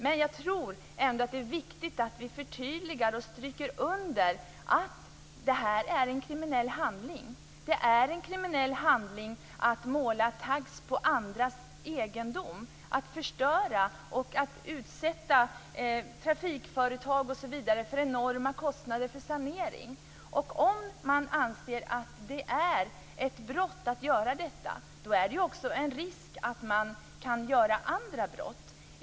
Men jag tror ändå att det är viktigt att vi förtydligar och stryker under att det här är en kriminell handling. Det är en kriminell handling att måla tags på andra egendom, att förstöra och att utsätta trafikföretag osv. för enorma kostnader för sanering. Om man anser att det är ett brott att göra på detta vis, då finns det ju också risk att man kan begå andra brott.